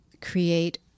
create